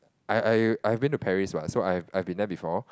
I I I have been to Paris what so I've I have been there before